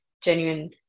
genuine